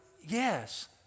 yes